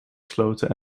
sloten